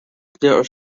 there